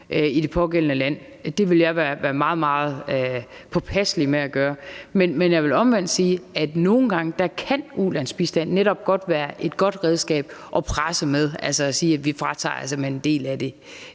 i det pågældende land. Det vil jeg være meget, meget påpasselig med at gøre. Men jeg vil omvendt sige, at nogle gange kan ulandsbistand netop godt være et godt redskab at presse med, altså at sige, at vi simpelt hen fratager en del af det.